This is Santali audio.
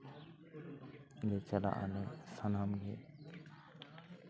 ᱪᱟᱞᱟᱜ ᱟᱞᱮ ᱥᱟᱱᱟᱢᱜᱮ